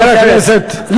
חבר הכנסת,